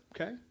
okay